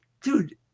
Dude